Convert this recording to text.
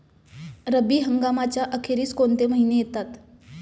रब्बी हंगामाच्या अखेरीस कोणते महिने येतात?